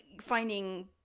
finding